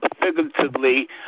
figuratively